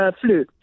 flu